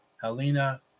Helena